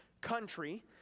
country